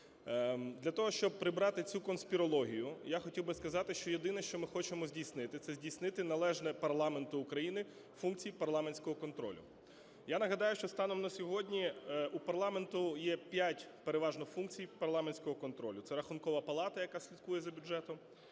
Для того, щоб прибрати цю конспірологію, я хотів би сказати, що єдине, що ми хочемо здійснити, це здійснити належні парламенту України функції парламентського контролю. Я нагадаю, що станом на сьогодні у парламенту є 5 переважно функцій парламентського контролю: це Рахункова палата, яка слідкує за бюджетом;